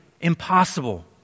impossible